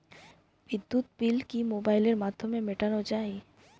বিদ্যুৎ বিল কি মোবাইলের মাধ্যমে মেটানো য়ায়?